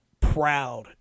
proud